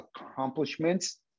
accomplishments